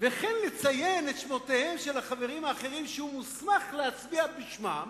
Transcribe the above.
וכן לציין את שמותיהם של החברים האחרים שהוא מוסמך להצביע בשמם,